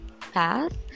path